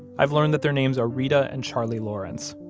i've learned that their names are reta and charlie lawrence.